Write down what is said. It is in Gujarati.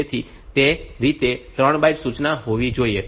તેથી તે રીતે તે 3 બાઈટ સૂચના હોવી જોઈએ